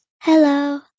Hello